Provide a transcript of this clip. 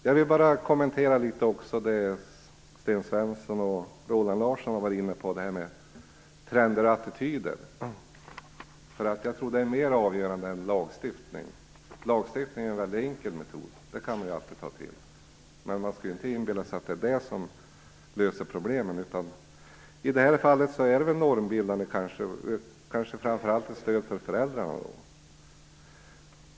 Jag vill också kommentera litet det som Sten Svensson och Roland Larsson har varit inne på, trender och attityder. Jag tror att det är mer avgörande än lagstiftning. Lagstiftning är en mycket enkel metod. Den kan man alltid ta till, men man skall inte inbilla sig att det är det som löser problemen. I det här fallet är lagen möjligen normbildande, kanske framför allt ett stöd för föräldrarna.